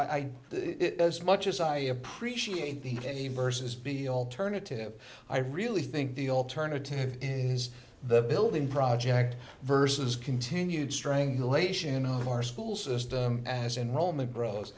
was much as i appreciate the many vs be alternative i really think the alternative is the building project vs continued strangulation of our school system as enrollment grows